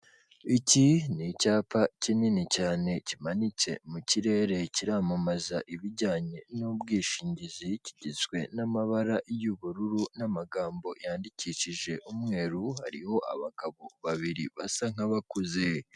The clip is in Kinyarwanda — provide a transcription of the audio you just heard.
Iki ni icyapa kinini cyane kimanitse mu kirere kiramamaza ibijyanye n'ubwishingizi, kigizwe n'amabara y'ubururu n'amagambo yandikishije umweru, hariho abagabo babiri basa nk'abakuze.